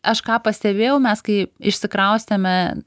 aš ką pastebėjau mes kai išsikraustėme